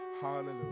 Hallelujah